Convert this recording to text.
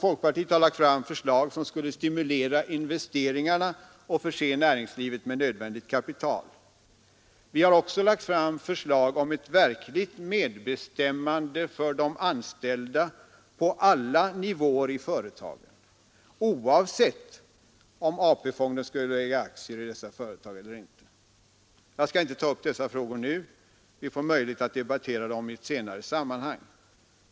Folkpartiet har lagt fram förslag som skulle stimulera investeringarna och förse näringslivet med nödvändigt kapital. Vi har också lagt fram förslag om ett verkligt medbestämmande för de anställda på alla nivåer i företaget oavsett om AP-fonden skulle äga aktier i detta företag eller inte. Jag skall inte nu ta upp dessa frågor — vi får möjlighet att debattera dem i ett senare sammanhang.